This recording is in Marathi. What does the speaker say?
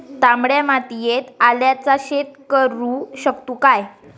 तामड्या मातयेत आल्याचा शेत करु शकतू काय?